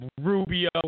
Rubio